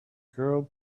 girl